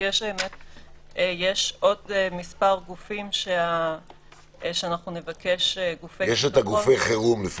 יש עוד כמה גופים שמיד אנחנו נבקש, גופי ביטחון.